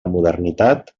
modernitat